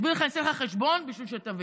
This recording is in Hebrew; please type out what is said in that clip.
אני אסביר לך ואעשה לך חשבון כדי שתבין.